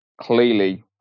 clearly